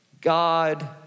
God